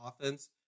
offense